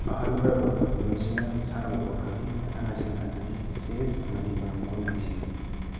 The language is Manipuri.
ꯑꯍꯜ ꯑꯣꯏꯔꯕ ꯃꯤꯑꯣꯏꯁꯤꯡꯅ ꯁꯥꯟꯅꯕ ꯋꯥꯈꯜꯒꯤ ꯃꯁꯥꯟꯅꯁꯤꯡ ꯑꯗꯨꯗꯤ ꯆꯦꯁ ꯑꯃꯗꯤ ꯃꯔꯨꯝ ꯀꯣꯟꯕꯤꯁꯤꯡꯅꯤ